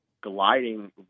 gliding